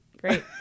Great